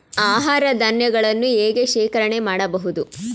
ಆಹಾರ ಧಾನ್ಯಗಳನ್ನು ಹೇಗೆ ಶೇಖರಣೆ ಮಾಡಬಹುದು?